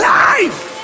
life